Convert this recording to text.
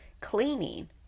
cleaning